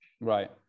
Right